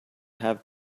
have